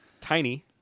tiny